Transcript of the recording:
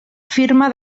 firma